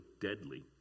deadly